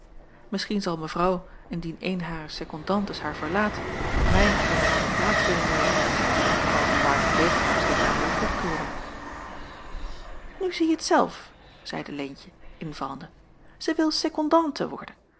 misschien zal mevrouw indien eene harer secondantes haar verlaat mij in hare plaats willen nemen in geval mijn waarde pleegvaders dit namelijk goedkeuren nu zie je t zelf zeide leentje invallende zij wil secondante worden